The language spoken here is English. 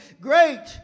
Great